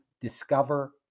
discover